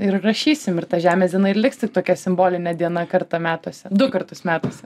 ir rašysim ir ta žemės diena ir liks tik tokia simbolinė diena kartą metuose du kartus metuose